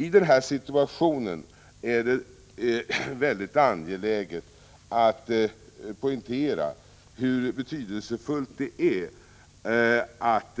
I den situationen är det mycket angeläget att poängtera hur betydelsefullt det är att